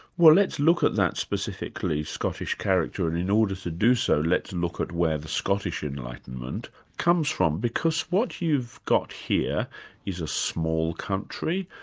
well let's look at that specifically scottish character and in order to do so, let's look at where the scottish enlightenment comes from. because what you've got here is a small country,